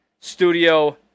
studio